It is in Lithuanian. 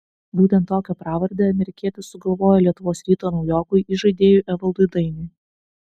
būtent tokią pravardę amerikietis sugalvojo lietuvos ryto naujokui įžaidėjui evaldui dainiui